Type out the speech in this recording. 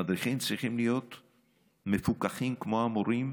המדריכים צריכים להיות מפוקחים כמו המורים,